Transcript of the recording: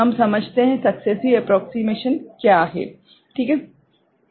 हम समझते हैं सक्सेसिव एप्रोक्सिमेशन क्या है है ना